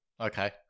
Okay